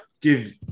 give